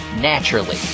naturally